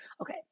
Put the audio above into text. Okay